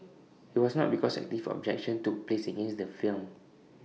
IT was not because active objection took place against the film